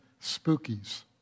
Spookies